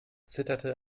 zitterte